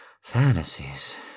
fantasies